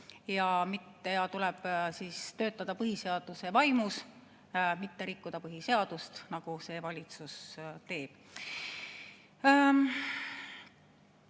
Tuleb töötada põhiseaduse vaimus, mitte rikkuda põhiseadust, nagu see valitsus teeb.